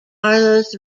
carlos